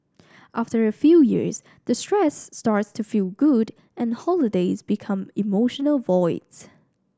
after a few years the stress starts to feel good and holidays become emotional voids